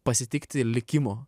pasitikti likimo